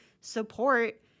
support